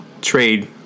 trade